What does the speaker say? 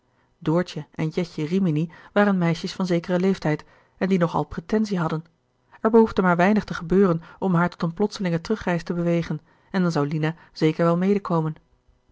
doortje en jetje rimini waren meisjes van zekeren leeftijd en die nog al pretensie hadden er behoefde maar weinig te gebeuren om haar tot eene plotselinge terugreis te bewegen en dan zou lina zeker wel mede